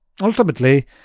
Ultimately